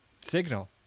Signal